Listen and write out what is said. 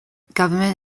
government